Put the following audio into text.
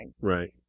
Right